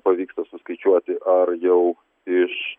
pavyksta suskaičiuoti ar jau iš